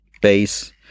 base